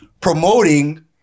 promoting